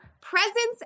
presents